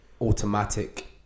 automatic